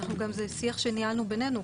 שזה שיח שניהלנו בינינו,